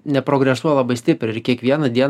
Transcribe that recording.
neprogresuoja labai stipriai ir kiekvieną dieną